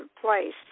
place